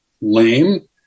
lame